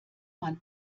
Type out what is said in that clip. man